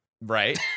Right